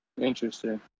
Interesting